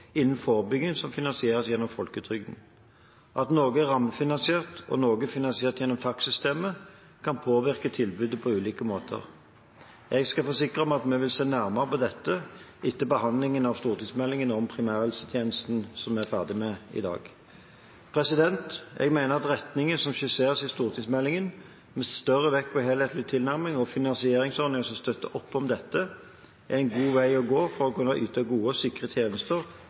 forebygging som finansieres gjennom folketrygden. At noe er rammefinansiert og noe finansiert gjennom takstsystemet, kan påvirke tilbudet på ulike måter. Jeg kan forsikre om at vi vil se nærmere på dette etter behandlingen av stortingsmeldingen om primærhelsetjenesten, som vi ble ferdig med i dag. Jeg mener at retningen som skisseres i stortingsmeldingen, med større vekt på helhetlige tilnærminger og finansieringsordninger som støtter opp om dette, er en god vei å gå for å kunne yte gode og sikre tjenester